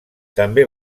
també